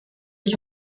ich